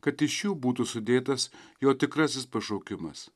kad iš jų būtų sudėtas jo tikrasis pašaukimas